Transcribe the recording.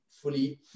fully